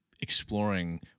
exploring